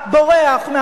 שני?